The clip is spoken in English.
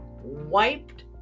wiped